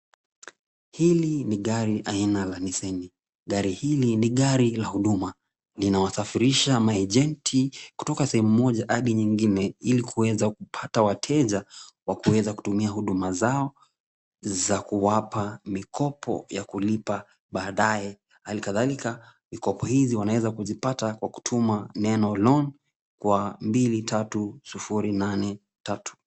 Hili ni gari aina la niseni. Gari hili ni gari la huduma. Linawasafirisha maejenti kutoka sehemu moja hadi nyingine ili kuweza kupata wateja wa kuweza kutumia huduma zao za kuwapa mikopo ya kulipa baadaye. Hali kadhalika mikopo hizi wanaeza kuzipata kwa kutuma neno loan kwa mbili tatu sufuri nane tatu.